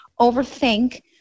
overthink